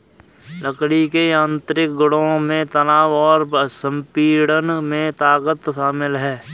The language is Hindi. लकड़ी के यांत्रिक गुणों में तनाव और संपीड़न में ताकत शामिल है